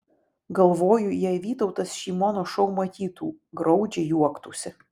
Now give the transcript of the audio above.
galvoju jei vytautas šį mono šou matytų graudžiai juoktųsi